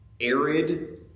arid